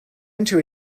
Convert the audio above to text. into